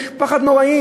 יש פחד נורא.